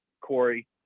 Corey